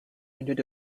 entered